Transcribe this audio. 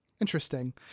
Interesting